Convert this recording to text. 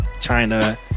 China